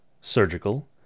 surgical